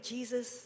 Jesus